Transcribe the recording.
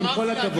עם כל הכבוד,